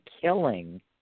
killing